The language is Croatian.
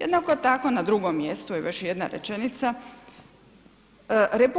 Jednako tako na drugom mjestu je još jedna rečenica, RH